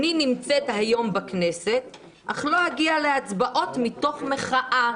אני נמצאת היום בכנסת אך לא אגיע להצבעות מתוך מחאה